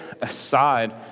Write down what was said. aside